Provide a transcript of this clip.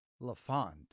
LaFond